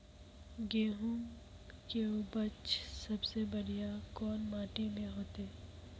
गेहूम के उपज सबसे बढ़िया कौन माटी में होते?